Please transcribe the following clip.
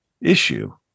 issue